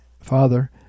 Father